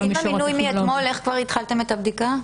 אם המינוי מאתמול איך כבר התחלתם את הבדיקה?